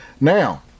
Now